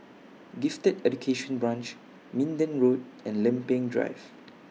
Gifted Education Branch Minden Road and Lempeng Drive